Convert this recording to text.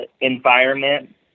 environment